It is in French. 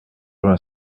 vingt